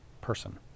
person